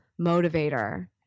motivator